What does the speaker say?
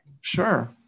sure